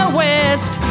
west